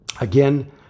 Again